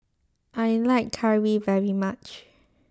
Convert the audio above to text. I like Curry very much